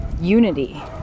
unity